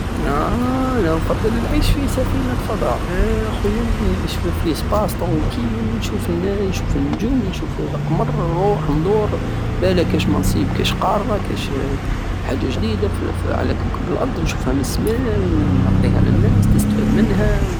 اه انا نفضل العيش في سفينة فضاء اه خويا نعيش في ليسباس طرونكيل انا- انا نشوف النجوم نشوف لقمر نروح ندور بالاك كشمى نصيب كش قارة كش حاجة جديدة فف- على كوكب الارض نشوفها من السماء ونعطيها لناس تستفاد منها